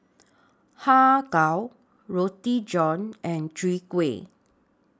Har Kow Roti John and Chwee Kueh